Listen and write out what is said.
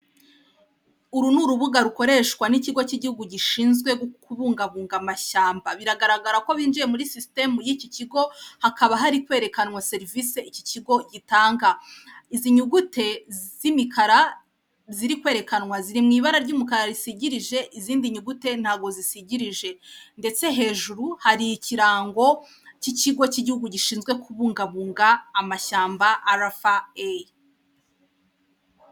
Uru ni urubuga ni urubuga rukoreshwa n'ikigo cy'igihugu gishinzwe kubungabunga amashyamba, biragaragara ko binjiye muri sisitemu y'iki kigo hakaba hari kwerekanwa serivise iki kigo gitanga. Izi nyugute z'imikara ziri kwerekanwa ziri mu ibara ry'umukara risigirije izindi nyugute ntabwo zisigirije, ndetse hejuru hari ikirango cy'ikigo cy'igihugu gishinzwe kubungabunga amashyamba arafa eyi (RFA).